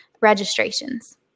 registrations